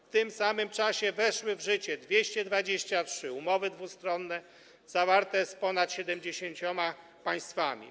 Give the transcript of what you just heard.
W tym samym czasie weszły w życie 223 umowy dwustronne zawarte z ponad 70 państwami.